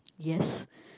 yes